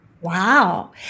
Wow